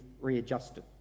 readjusted